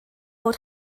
bod